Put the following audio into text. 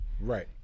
Right